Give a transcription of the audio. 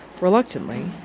reluctantly